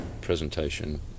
presentation